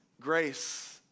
grace